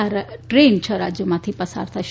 આ ટ્રેન છ રાજ્યોમાંથી પસાર થશે